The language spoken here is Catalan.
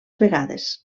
vegades